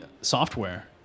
software